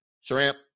shrimp